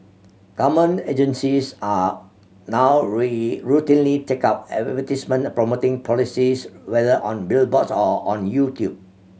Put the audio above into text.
government agencies are now routinely take out advertisements promoting policies whether on billboards or on YouTube